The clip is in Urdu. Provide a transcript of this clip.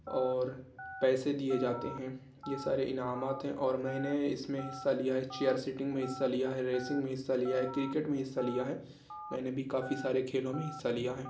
اور پیسے دیئے جاتے ہیں یہ سارے انعامات ہیں اور میں نے اس میں حِصّہ لیا ہے چیئر سٹنگ میں حِصّہ لیا ہے ریسنگ میں حِصّہ لیا ہے كركٹ میں حِصّہ لیا ہے میں نے بھی كافی سارے كھیلوں میں حِصّہ لیا ہے